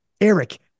eric